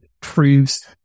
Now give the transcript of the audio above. proves